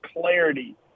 clarity